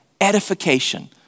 edification